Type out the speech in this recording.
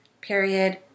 period